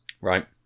Right